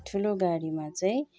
ठुलो गाडीमा चाहिँ